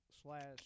slash